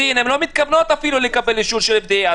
סין הן לא מתכוונות אפילו לקבל אישור של ה FDA,